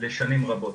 לשנים רבות.